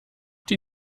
die